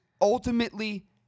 ultimately